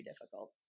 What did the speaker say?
difficult